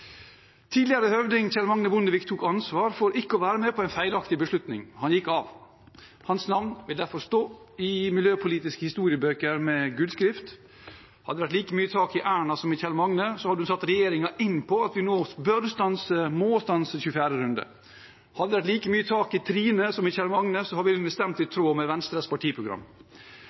Tidligere høvding Kjell Magne Bondevik tok ansvar for ikke å være med på en feilaktig beslutning. Han gikk av. Hans navn vil derfor stå i miljøpolitiske historiebøker med gullskrift. Hadde det vært like mye tak i Erna som i Kjell Magne, hadde hun satt regjeringen inn på at vi nå bør stanse – må stanse – 24. konsesjonsrunde. Hadde det vært like mye tak i Trine som i Kjell Magne, hadde hun stemt i tråd med Venstres partiprogram.